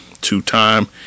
Two-time